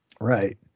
right